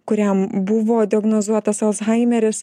kuriam buvo diagnozuotas alzhaimeris